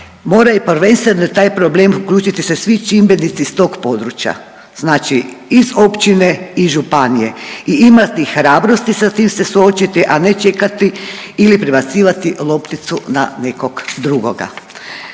moraju prvenstveno taj problem uključiti se svi čimbenici s tog područja. Znači iz općine i županije i imati hrabrosti sa tim se suočiti, a ne čekati ili prebacivati lopticu na nekog drugoga.